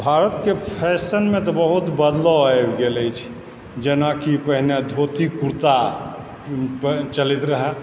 भारतके फैशनमे तऽ बहुत बदलाव आबि गेल अछि जेनाकि पहिने धोती कुर्ता चलति रहै